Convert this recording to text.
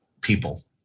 people